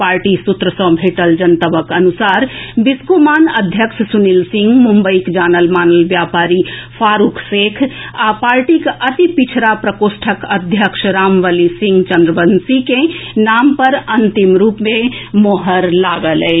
party सूत्र सॅ भेटल जनतबक अनुसार बिस्कोमान अध्यक्ष सुनील सिंह मुम्बईक जानल मानल व्यापारी फारूख शेख आ पार्टीक अति पिछड़ा प्रकोष्ठक अध्यक्ष रामबलि सिंह चंद्रवंशी के नाम पर अंतिम रूपें सॅ मोहर लागल अछि